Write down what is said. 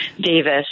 Davis